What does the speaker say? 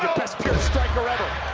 best striker ever,